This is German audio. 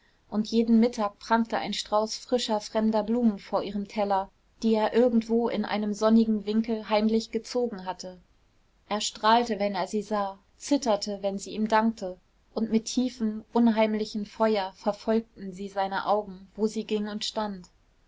und jeden mittag prangte ein strauß frischer fremder blumen vor ihrem teller die er irgendwo in einem sonnigen winkel heimlich gezogen hatte er strahlte wenn er sie sah zitterte wenn sie ihm dankte und mit tiefem unheimlichen feuer verfolgten sie seine augen wo sie ging und stand